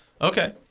okay